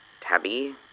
Tabby